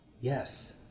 Yes